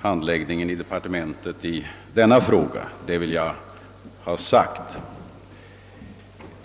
handläggning av denna fråga.